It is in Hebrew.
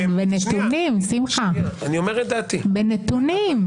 בנתונים, בנתונים.